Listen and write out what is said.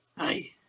hey